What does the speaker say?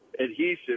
adhesive